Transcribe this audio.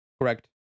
Correct